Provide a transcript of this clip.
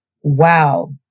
wow